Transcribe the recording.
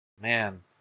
Man